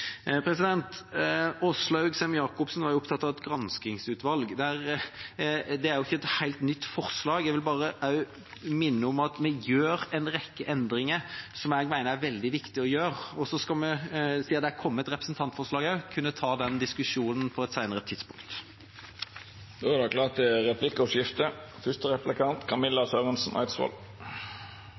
Åslaug Sem-Jacobsen var opptatt av et granskningsutvalg. Det er ikke et helt nytt forslag. Jeg vil bare minne om at vi gjør en rekke endringer som jeg mener er veldig viktige å gjøre, og så skal vi, siden det er kommet et representantforslag, kunne ta den diskusjonen på et senere tidspunkt.